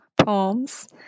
poems